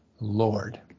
Lord